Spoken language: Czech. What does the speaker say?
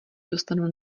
dostanu